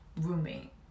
roommate